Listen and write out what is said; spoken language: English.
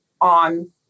on